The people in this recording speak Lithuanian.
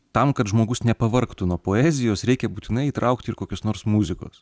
tam kad žmogus nepavargtų nuo poezijos reikia būtinai įtraukti ir kokios nors muzikos